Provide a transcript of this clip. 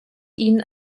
ihn